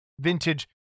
vintage